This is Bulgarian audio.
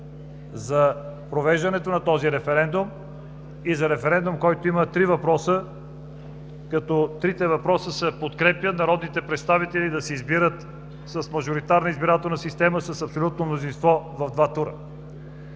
за провеждането на този референдум и за референдум, който има три въпроса, като в трите въпроса се подкрепя: Първо, народните представители да се избират с мажоритарна избирателна система с абсолютно мнозинство в два тура.